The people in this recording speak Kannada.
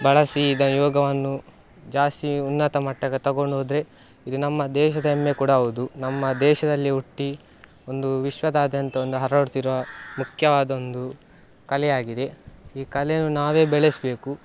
ಬಳಸಿ ಇದನ್ನು ಯೋಗವನ್ನು ಜಾಸ್ತಿ ಉನ್ನತ ಮಟ್ಟಕ್ಕೆ ತಗೊಂಡ್ಹೋದ್ರೆ ಇದು ನಮ್ಮ ದೇಶದ ಹೆಮ್ಮೆ ಕೂಡ ಹೌದು ನಮ್ಮ ದೇಶದಲ್ಲಿ ಹುಟ್ಟಿ ಒಂದು ವಿಶ್ವದಾದ್ಯಂತ ಒಂದು ಹರಡುತ್ತಿರುವ ಮುಖ್ಯವಾದ ಒಂದು ಕಲೆಯಾಗಿದೆ ಈ ಕಲೆಯನ್ನು ನಾವೇ ಬೆಳೆಸಬೇಕು